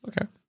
Okay